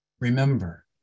Remember